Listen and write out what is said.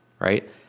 right